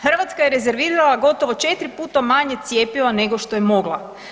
Hrvatska je rezervirala gotovo 4 puta manje cjepiva nego što je mogla.